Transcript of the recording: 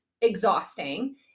exhausting